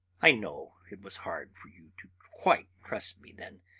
i know it was hard for you to quite trust me then,